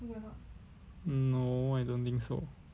mm no I don't think so